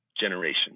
generation